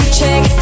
check